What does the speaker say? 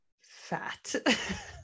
fat